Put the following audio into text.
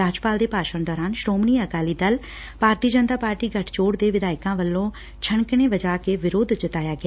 ਰਾਜਪਾਲ ਦੇ ਭਾਸ਼ਣ ਦੌਰਾਨ ਸ੍ਰੋਮਣੀ ਅਕਾਲੀ ਦਲ ਭਾਰਤੀ ਜਨਤਾ ਪਾਰਟੀ ਗਠਜੋੜ ਦੇ ਵਿਧਾਇਕਾਂ ਵੱਲੋਂ ਛਣਕਣੇ ਵਜਾ ਕੇ ਵਿਰੋਧ ਜਤਾਇਆ ਗਿਆ